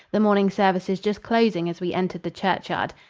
the morning services just closing as we entered the churchyard.